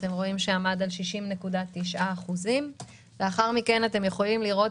עמד על 60.9%. לאחר מכן אתם יכולים לראות